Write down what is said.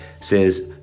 says